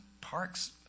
parks